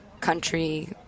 country